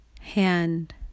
hand